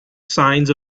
signs